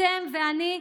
אתם ואני,